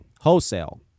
wholesale